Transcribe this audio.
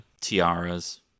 Tiaras